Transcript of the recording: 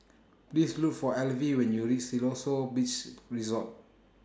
Please Look For Alvie when YOU REACH Siloso Beach Resort